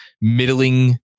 middling